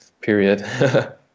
period